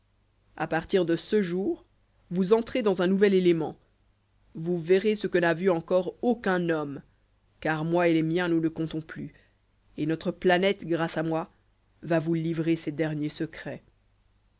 a partir de ce jour vous entrez dans un nouvel élément vous verrez ce que n'a vu encore aucun homme car moi et les miens nous ne comptons plus et notre planète grâce à moi va vous livrer ses derniers secrets